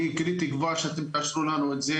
אני כולי תקווה שאתם תעזרו לנו עם זה,